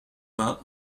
mains